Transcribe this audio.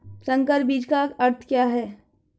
संकर बीज का अर्थ क्या है?